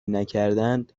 نکردند